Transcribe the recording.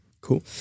cool